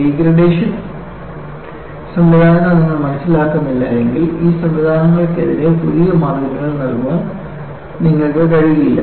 degradation സംവിധാനങ്ങൾ നിങ്ങൾ മനസിലാക്കുന്നില്ലെങ്കിൽ ഈ സംവിധാനങ്ങൾക്കെതിരെ മതിയായ മാർജിനുകൾ നൽകാൻ നിങ്ങൾക്ക് കഴിയില്ല